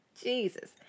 Jesus